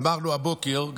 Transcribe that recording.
אמרנו הבוקר,